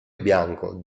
bianco